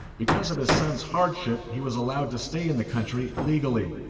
because of his son's hardship, he was allowed to stay in the country legally.